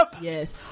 Yes